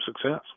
success